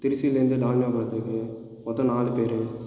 திருச்சியிலருந்து டால்மியாபுரத்துக்கு மொத்தம் நாலு பேரு